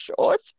short